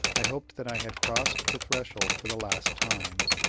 i hoped that i had crossed the threshold for the last time.